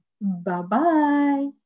Bye-bye